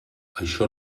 això